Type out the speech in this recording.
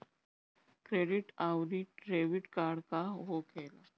Credit आउरी debit card का होखेला?